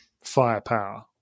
firepower